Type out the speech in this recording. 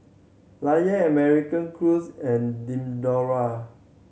Lion American Crews and Diadora